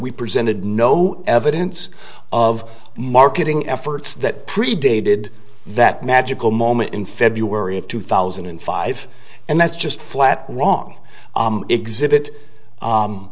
we presented no evidence of marketing efforts that predated that magical moment in february of two thousand and five and that's just flat wrong exhibit